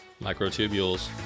Microtubules